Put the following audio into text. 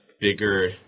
bigger